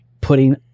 putting